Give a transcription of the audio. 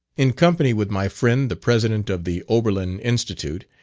in company with my friend the president of the oberlin institute,